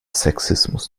sexismus